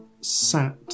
sat